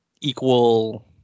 equal